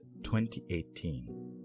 2018